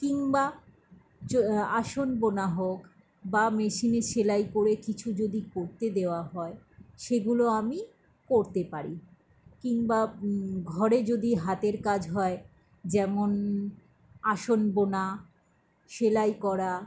কিংবা আসন বোনা হোক বা মেশিনে সেলাই করে কিছু যদি করতে দেওয়া হয় সেগুলো আমি করতে পারি কিংবা ঘরে যদি হাতের কাজ হয় যেমন আসন বোনা সেলাই করা